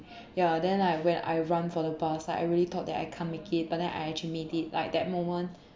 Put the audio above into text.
ya then like when I run for the bus I really thought that I can't make it but then I actually made it like that moment